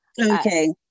okay